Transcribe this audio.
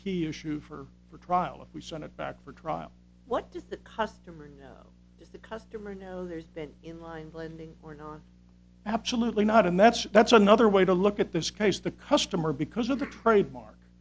key issue for for trial if we sent it back for trial what did the customer if the customer know there's been in line blending or don't absolutely not and that's that's another way to look at this case the customer because of the trademark